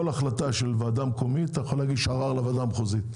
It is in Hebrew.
של ועדה מקומית אתה יכול להגיש ערר לוועדה המחוזית.